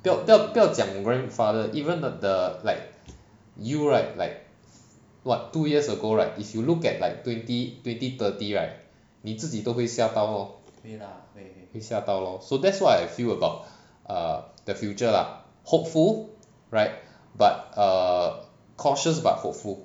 不要不要不要讲 grandfather even th~ the like you right like what two years ago right if you look at like twenty twenty thirty right 你自己都会吓到 lor 会吓到 lor so that's what I feel about err the future lah hopeful right but err cautious but hopeful